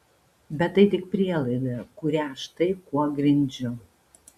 bet tai tik prielaida kurią štai kuo grindžiu